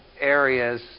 areas